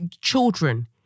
children